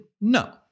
No